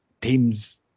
teams